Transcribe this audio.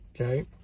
okay